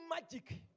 magic